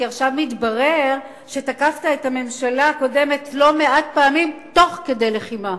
כי עכשיו מתברר שתקפת את הממשלה הקודמת לא מעט פעמים תוך כדי לחימה.